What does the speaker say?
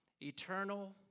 eternal